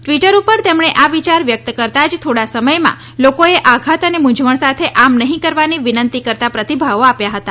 Twitter ઉપર તેમણે આ વિયાર વ્યક્ત કરતાં જ થોડા સમયમાં લોકોએ આધાત અને મુંઝવણ સાથે આમ નહીં કરવાની વિનંતી કરતાં પ્રતિભાવો આપ્યા હતા